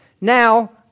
now